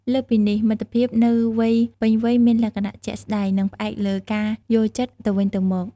លើសពីនេះ មិត្តភាពនៅវ័យពេញវ័យមានលក្ខណៈ ជាក់ស្តែង និងផ្អែកលើការយល់ចិត្ត ទៅវិញទៅមក។